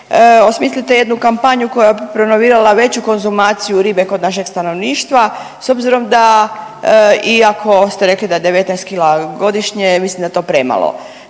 osmislite jednu kampanju koja bi promovirala veću konzumaciju ribe kod našeg stanovništva s obzirom da iako ste rekli da je 19 kila godišnje mislim da je to premalo.